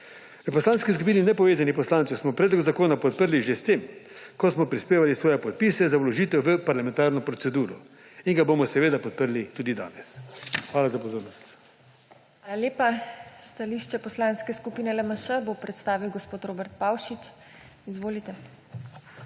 V Poslanski skupini nepovezanih poslancev smo predlog zakona podprli že s tem, ko smo prispevali svoje podpise za vložitev v parlamentarno proceduro in ga bomo seveda podprli tudi danes. Hvala za pozornost. PODPREDSEDNICA TINA HEFERLE: Hvala lepa. Stališče Poslanske skupine LMŠ bo predstavil gospod Robert Pavšič. Izvolite.